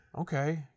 Okay